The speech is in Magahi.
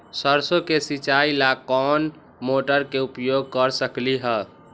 सरसों के सिचाई ला कोंन मोटर के उपयोग कर सकली ह?